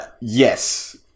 Yes